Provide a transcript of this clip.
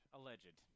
Alleged